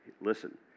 Listen